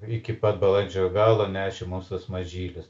iki pat balandžio galo nešė mums tuos mažylius